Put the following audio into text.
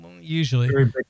Usually